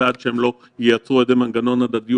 ועד שהם לא ייצרו איזשהו מנגנון הדדיות